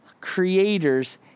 creator's